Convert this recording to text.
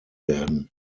werden